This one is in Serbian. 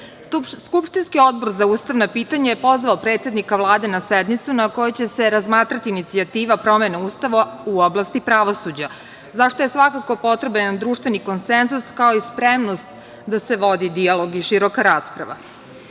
Skupštinski odbor za ustavna pitanja je pozvao predsednika Vlade na sednicu na kojoj će se razmatrati inicijativa promene Ustava u oblasti pravosuđa, za šta je svakako potreban jedan društveni konsenzus, kao i spremnost da se vodi dijalog i široka rasprava. Nisam